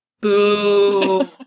Boo